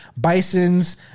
Bisons